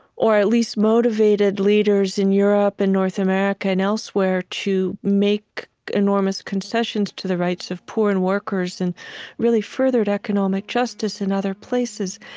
or at least motivated, leaders in europe and north america and elsewhere to make enormous concessions to the rights of poor and workers, and really furthered economic justice in other places.